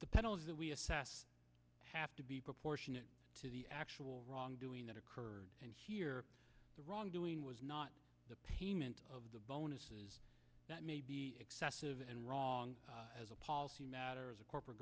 the penalties that we assess have to be proportionate to the actual wrongdoing that occurred and here the wrongdoing was not the payment of the bonuses that may be excessive and wrong as a policy matter as a corporate